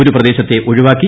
ഒരു പ്രദേശത്തെ ഒഴിവാക്കി